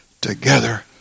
together